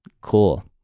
cool